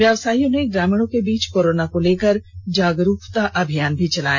व्यवसायियों ने ग्रामीणों के बीच कोरोना को लेकर जागरूकता अभियान भी चलाया